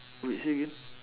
wait say again